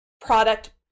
product